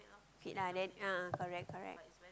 okay lah then ya correct correct